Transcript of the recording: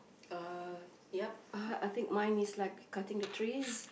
uh yup uh I think mine is like cutting the trees